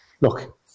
Look